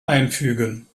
einfügen